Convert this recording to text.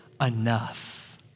enough